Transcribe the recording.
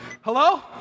Hello